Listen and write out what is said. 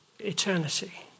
Eternity